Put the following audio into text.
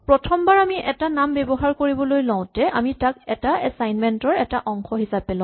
প্ৰথম বাৰ আমি এটা নাম ব্যৱহাৰ কৰিবলৈ লওঁতে আমি তাক এটা এচাইনমেন্ট এটাৰ অংশ হিচাপে লওঁ